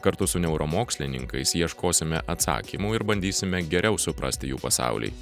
kartu su neuromokslininkais ieškosime atsakymų ir bandysime geriau suprasti jų pasaulį